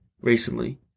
Recently